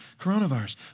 coronavirus